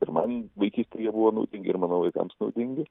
ir man vaikystėj jie buvo nau ir mano vaikams naudingi